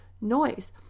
noise